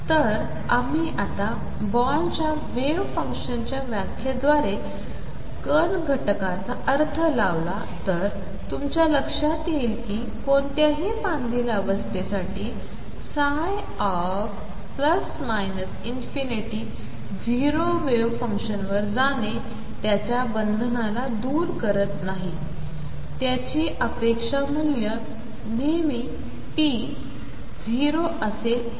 तर आम्ही आता बोर्नच्या वेव्ह फंक्शनच्या व्याख्येद्वारे कर्ण घटकाचा अर्थ लावला तर तुमच्या लक्षात येईल कि कोणत्याही बांधील अवस्थेसाठी ψ±∞ 0 वेव्ह फंक्शनवर जाणे त्याच्या बंधनाला दूर करत नाही त्याची अपेक्षा मूल्य p नेहमी 0 असेल हे